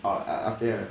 orh like up there lah